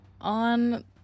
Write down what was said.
on